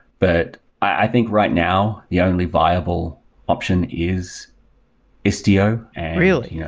but i think right now, the only viable option is istio really?